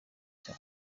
cya